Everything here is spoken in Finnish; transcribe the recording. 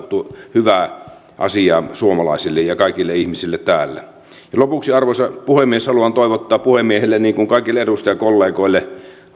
hyvää asiaa suomalaisille ja kaikille ihmisille täällä lopuksi arvoisa puhemies haluan toivottaa puhemiehelle niin kuin kaikille edustajakollegoillekin